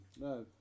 No